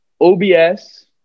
obs